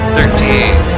Thirteen